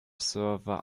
server